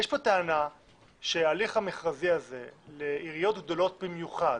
יש פה טענה שההליך המכרזי הזה לעיריות גדולות במיוחד,